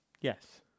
Yes